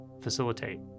facilitate